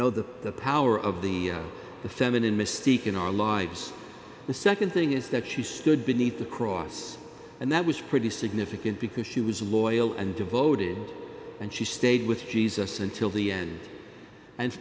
know the power of the the feminine mystique in our lives the nd thing is that she stood beneath the cross and that was pretty significant because she was loyal and devoted and she stayed with jesus until the end and